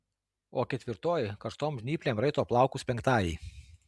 o ketvirtoji karštom žnyplėm raito plaukus penktajai